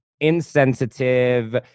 insensitive